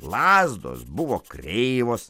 lazdos buvo kreivos